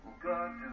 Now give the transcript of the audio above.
God